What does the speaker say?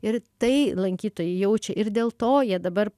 ir tai lankytojai jaučia ir dėl to jie dabar